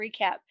recap